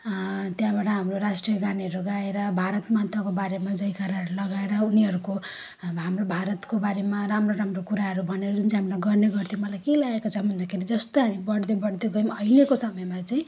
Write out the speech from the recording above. त्यहाँबाट हाम्रो राष्ट्रिय गानहरू गाएर भारतमाताको बारेमा जयकारहरू लगाएर उनीहरूको अब हाम्रो भारतको बारेमा राम्रो राम्रो कुराहरू भनेर जुन चाहिँ हामी गर्ने गर्थ्यौँ मलाई के लागेको छ भन्दाखेरि जस्तो हामी बढ्दै बढ्दै गयौँ अहिलेको समयमा चाहिँ